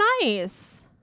nice